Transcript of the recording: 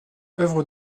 œuvre